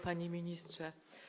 Panie Ministrze!